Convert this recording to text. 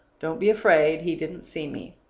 don't be afraid, he didn't see me.